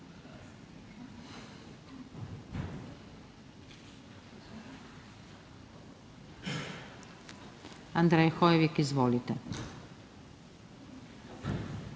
Andrej Hoivik, izvolite.